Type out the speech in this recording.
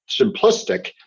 simplistic